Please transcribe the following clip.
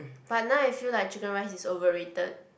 but now I feel like chicken rice is overrated